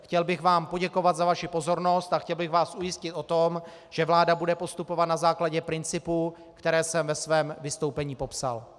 Chtěl bych vám poděkovat za vaši pozornost a chtěl bych vás ujistit o tom, že vláda bude postupovat na základě principů, které jsem ve svém vystoupení popsal.